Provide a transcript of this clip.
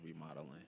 remodeling